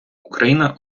україна